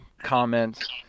comments